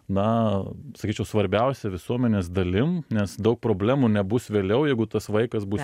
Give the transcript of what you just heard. na sakyčiau svarbiausia visuomenės dalim nes daug problemų nebus vėliau jeigu tas vaikas bus